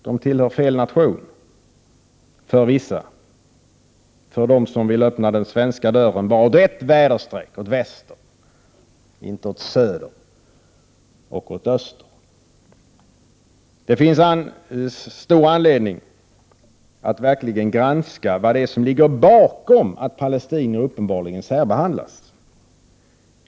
De tillhör fel nation för vissa — för dem som vill öppna den svenska dörren bara åt ett väderstreck: åt väster, inte åt söder och åt öster. Det finns stor anledning att verkligen granska vad som ligger bakom att palestinier uppenbarligen särbehandlas.